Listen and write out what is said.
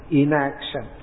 inaction